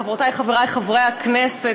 חברותי וחברי חברי הכנסת,